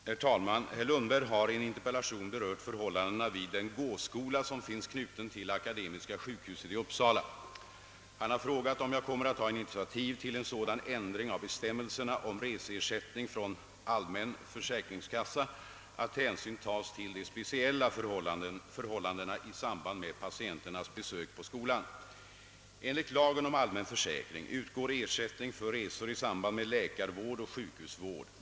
Herr talman! Herr Lundberg har i en interpellation berört förhållandena vid den gåskola som finns knuten till Akademiska sjukhuset i Uppsala. Han har frågat, om jag kommer att ta initiativ till en sådan ändring av bestämmelserna om reseersättning från allmän försäkringskassa att hänsyn tas till de speciella förhållandena i samband med patienternas besök på skolan. Enligt lagen om allmän försäkring utgår ersättning för resor i samband med läkarvård och sjukhusvård.